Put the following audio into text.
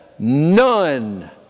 None